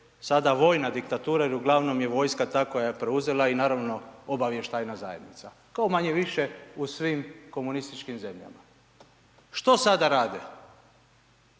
sada vojna diktatura jer uglavnom je vojska ta koja je preuzela i naravno obavještajna zajednica, kao manje-više u svim komunističkim zemljama. Žele sačuvati